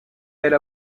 elle